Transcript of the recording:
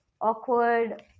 awkward